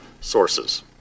sources